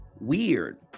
weird